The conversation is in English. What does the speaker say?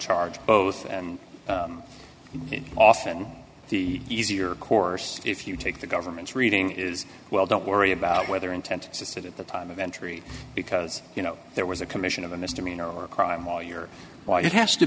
charge both and often the easier course if you take the government's reading is well don't worry about whether intent just at the time of entry because you know there was a commission of a misdemeanor or a crime all year why it has to